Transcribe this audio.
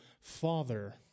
father